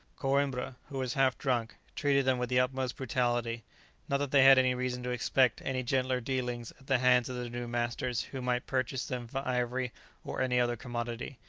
coimbra, who was half drunk, treated them with the utmost brutality not that they had any reason to expect any gentler dealings at the hands of the new masters who might purchase them for ivory or any other commodity.